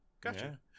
gotcha